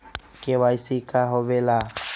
KYC का होवेला?